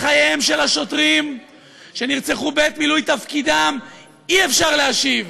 את חייהם של השוטרים שנרצחו בעת מילוי תפקידם אי-אפשר להשיב,